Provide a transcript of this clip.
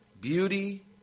beauty